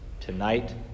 Tonight